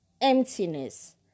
emptiness